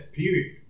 period